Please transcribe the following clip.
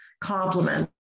compliment